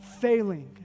failing